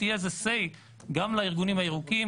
לפחות שיהיה איזה סיי גם לארגונים הירוקים,